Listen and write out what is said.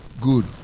good